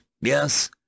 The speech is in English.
yes